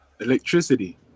Electricity